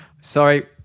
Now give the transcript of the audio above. sorry